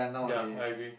ya I agree